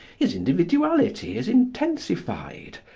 his individuality is intensified.